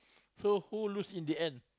so who lose in the end